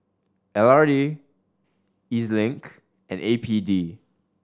L R T E Z Link and A P D